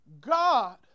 God